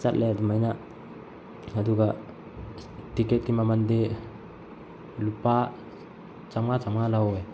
ꯆꯠꯂꯦ ꯑꯗꯨꯃꯥꯏꯅ ꯑꯗꯨꯒ ꯇꯤꯀꯦꯠꯀꯤ ꯃꯃꯜꯗꯤ ꯂꯨꯄꯥ ꯆꯝꯃꯉꯥ ꯆꯝꯃꯉꯥ ꯂꯧꯍꯧꯋꯦ